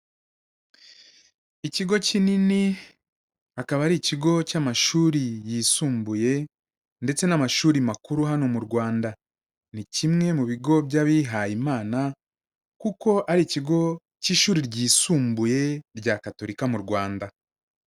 Ikigo kinini, akaba ari ikigo cy'amashuri yisumbuye, ndetse n'amashuri makuru hano mu Rwanda. Ni kimwe mu bigo by'abihayimana, kuko ari ikigo cy'ishuri ryisumbuye rya Katorika mu Rwanda.